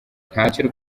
ntacyo